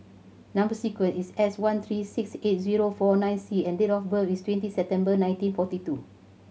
number sequence is S one three six eight zero four nine C and date of birth is twenty September nineteen forty two